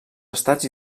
estats